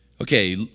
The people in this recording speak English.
Okay